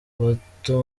bato